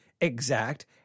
exact